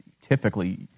typically